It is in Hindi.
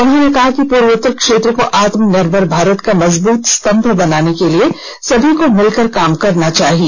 उन्होंने कहा कि पूर्वोत्तर क्षेत्र को आत्मनिर्भर भारत का मजबूत स्तंभ बनाने के लिए सभी को मिलकर काम करना चाहिए